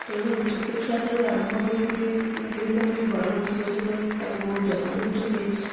ତେଣୁ ଛୋଟ ଛୁଆଠାରୁ ଆରମ୍ଭ କରିକି ଯେମିତି ଆମେ ବଡ଼ ମଣିଷ ପର୍ଯ୍ୟନ୍ତ ତାକୁ ଯତ୍ନ ନେଉଛନ୍ତି